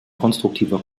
konstruktiver